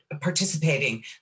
participating